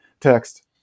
text